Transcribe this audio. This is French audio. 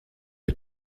rez